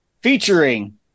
featuring